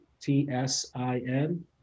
T-S-I-N